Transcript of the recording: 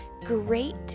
great